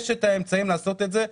יש האמצעים לעשות את זה.